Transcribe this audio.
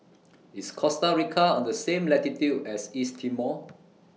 IS Costa Rica on The same latitude as East Timor